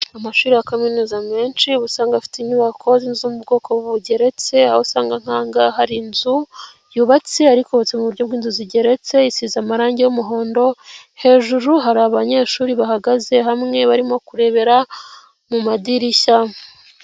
Amashuri ya kaminuza menshi, uba usanga afite inyubako zo mu bwoko bugeretse, aho usanga nk'aha ngaha hari inzu yubatse ariko yubatse mu buryo bw'inzu zigeretse isize amarange y'umuhondo, hejuru hari abanyeshuri bahagaze bamwe barimo kurebera mu madirishya.